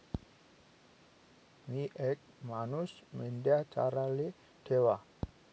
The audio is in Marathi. मी येक मानूस मेंढया चाराले ठेवा